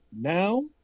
now